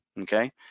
okay